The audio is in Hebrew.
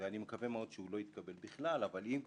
ואני מקווה שלא יתקבל בכלל, אבל אם כבר,